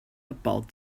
about